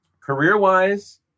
Career-wise